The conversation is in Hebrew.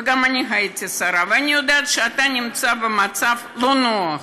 וגם אני הייתי שרה ואני יודעת שאתה נמצא במצב לא נוח,